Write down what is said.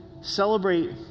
celebrate